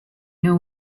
know